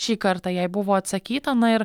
šį kartą jai buvo atsakyta na ir